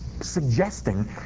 suggesting